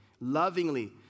lovingly